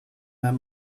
that